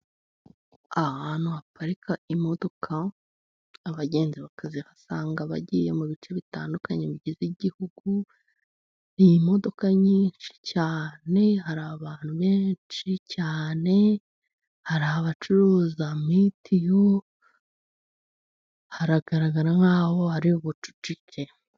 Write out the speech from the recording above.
Ahantu haparika imodoka abagenzi bakazihasanga bagiye mu bice bitandukanye bigize igihugu. Ni imodoka nyinshi cyane, hari abantu benshi cyane, hari abacuruza mitiyu, haragaragara nkaho hari ubucucike.